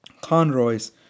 Conroy's